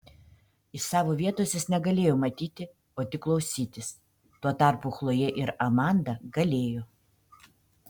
iš savo vietos jis negalėjo matyti o tik klausytis tuo tarpu chlojė ir amanda galėjo